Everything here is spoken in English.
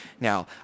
now